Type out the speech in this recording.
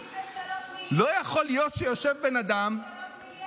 לא יכול להיות שיושב בן אדם, 53 מיליארד, אל תשכח.